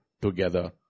together